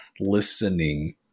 listening